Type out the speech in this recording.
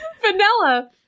vanilla